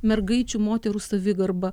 mergaičių moterų savigarba